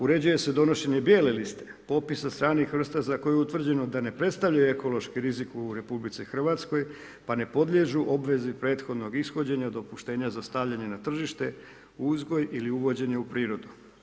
Uređuje se donošenje bijele liste, popisa stranih vrsta za koje je utvrđeno da ne predstavljaju ekološki rizik u Republici Hrvatskoj, pa ne podliježu obvezi prethodnog ishođenja, dopuštenja za stavljanje na tržište, uzgoj ili uvođenje u prirodu.